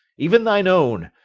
even thine own,